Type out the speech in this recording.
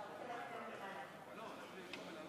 אנחנו עוברים להצבעה